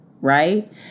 Right